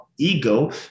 ego